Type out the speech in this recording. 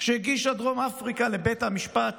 שהגישה דרום אפריקה לבית המשפט